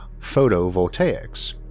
photovoltaics